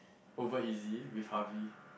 Overeasy with Harvey